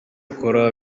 bakora